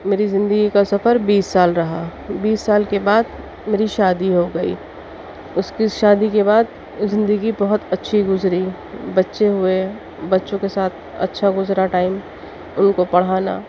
میری زندگی کا سفر بیس سال رہا بیس سال کے بعد میری شادی ہو گئی اس کی شادی کے بعد زندگی بہت اچّھی گزری بچّے ہوئے بچّوں کے ساتھ اچّھا غزرا ٹائم اور ان کو پڑھانا